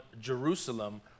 Jerusalem